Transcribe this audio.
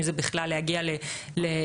אם זה בכלל להגיע להכרה,